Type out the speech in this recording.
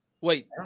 wait